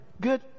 Good